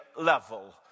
level